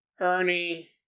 Ernie